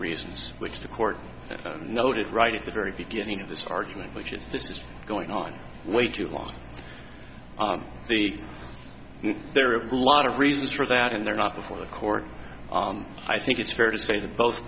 reasons which the court noted right at the very beginning of this argument which is this is going on way too long the there are a lot of reasons for that and they're not before the court i think it's fair to say that both